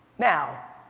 now,